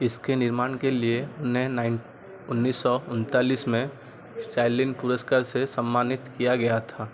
इसके निर्माण के लिए उन्हें नाइन उन्नीस सौ उन्तालीस में स्टाइलिन पुरस्कार से सम्मानित किया गया था